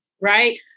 Right